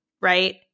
right